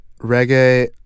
reggae